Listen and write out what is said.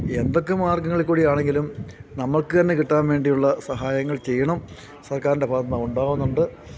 എന്തൊക്കെ മാർഗ്ഗങ്ങളില്ക്കൂടിയാണെങ്കിലും നമ്മൾക്കു തന്നെ കിട്ടാന് വേണ്ടിയുള്ള സഹായങ്ങൾ ചെയ്യണം സർക്കാരിൻ്റെ ഭാഗത്തുനിന്ന് അതുണ്ടാവുന്നുണ്ട്